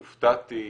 הופתעתי,